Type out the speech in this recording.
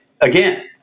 again